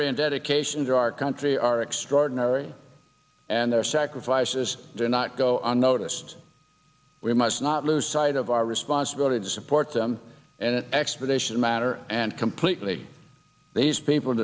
and dedication to our country are extraordinary and their sacrifices do not go unnoticed we must not lose sight of our responsibility to support them in an expeditious manner and completely these people